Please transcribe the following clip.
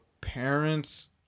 parents